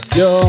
yo